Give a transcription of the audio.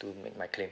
to make my claim